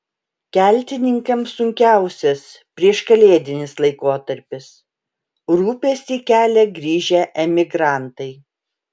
keltininkams sunkiausias prieškalėdinis laikotarpis rūpestį kelia grįžę emigrantai